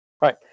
Right